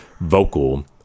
vocal